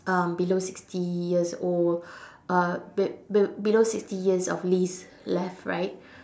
um below sixty years old uh be~ be~ below sixty years of lease left right